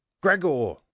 Gregor